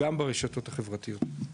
גם ברשתות החברתיות.